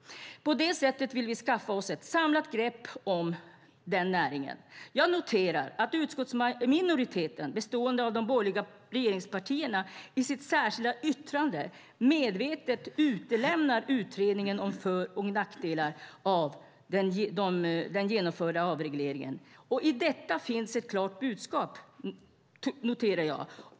På det sättet vill vi skaffa oss ett samlat grepp om denna näring. Jag noterar att utskottsminoriteten, bestående av de borgerliga regeringspartierna, i sitt särskilda yttrande medvetet utelämnar utredningen om för och nackdelarna av den genomförda avregleringen. I detta finns ett klart budskap.